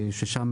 ששם,